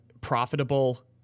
profitable